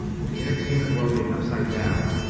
with the entertainment world being upside down.